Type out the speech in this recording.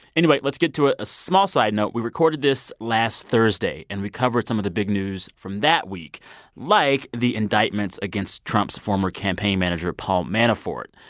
anyway, let's get to it. a small side note we recorded this last thursday. and we covered some of the big news from that week like the indictments against trump's former campaign manager, paul manafort.